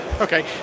Okay